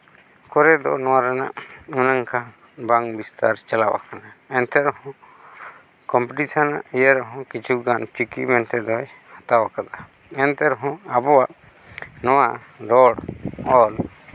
ᱠᱚᱨᱮ ᱫᱚ ᱱᱚᱣᱟ ᱨᱮᱱᱟᱜ ᱚᱱᱮ ᱚᱱᱠᱟ ᱵᱟᱝ ᱵᱤᱥᱛᱟᱨ ᱪᱟᱞᱟᱣ ᱟᱠᱟᱱᱟ ᱮᱱᱛᱮ ᱨᱮᱦᱚᱸ ᱠᱚᱢᱯᱤᱴᱤᱥᱮᱱ ᱤᱭᱟᱹ ᱨᱮᱦᱚᱸ ᱠᱤᱪᱷᱩᱜᱟᱱ ᱪᱤᱠᱤ ᱢᱮᱱ ᱛᱮᱫᱚᱭ ᱦᱟᱛᱟᱣ ᱠᱟᱫᱟ ᱮᱱᱛᱮ ᱨᱮᱦᱚᱸ ᱟᱵᱚ ᱱᱚᱣᱟ ᱨᱚᱲ ᱚᱞ